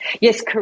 Yes